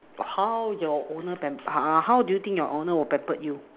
how your owner Vampire uh how do you think your owner will pamper you